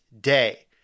day